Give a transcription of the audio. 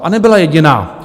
A nebyla jediná.